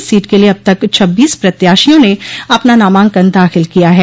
इस सीट के लिये अब तक छब्बीस प्रत्याशियों ने अपना नामांकन दाखिल किया है